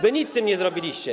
Wy nic z tym nie zrobiliście.